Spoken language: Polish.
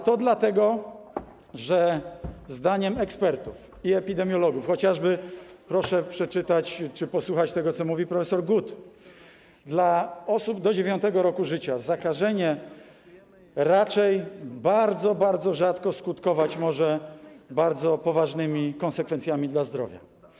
A to dlatego, że zdaniem ekspertów i epidemiologów - chociażby proszę przeczytać czy posłuchać tego, co mówi profesor Gut - dla osób do 9. roku życia zakażenie raczej bardzo, bardzo rzadko skutkować może bardzo poważnymi konsekwencjami dla zdrowia.